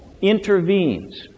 intervenes